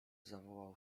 zawołał